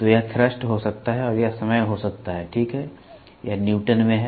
तो यह थ्रस्ट हो सकता है और यह समय हो सकता है ठीक है यह न्यूटन में है